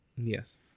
Yes